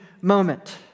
moment